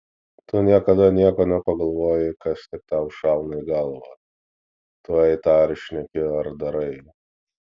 tu niekada nieko nepagalvoji kas tik tau šauna į galvą tuoj tą ir šneki ar darai